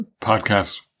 podcast